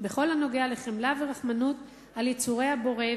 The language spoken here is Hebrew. בכל הנוגע לחמלה ורחמנות על יצורי הבורא,